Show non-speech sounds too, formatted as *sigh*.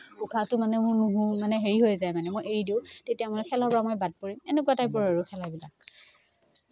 উশাহতো মানে মোৰ *unintelligible* মানে হেৰি হৈ যায় মানে মই এৰি দিওঁ তেতিয়া মানে খেলৰপৰা মই বাট পৰিম এনেকুৱা টাইপৰ আৰু খেলাবিলাক